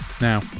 Now